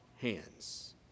hands